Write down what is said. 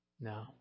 No